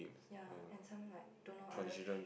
ya and some like don't know other